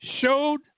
showed